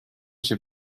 się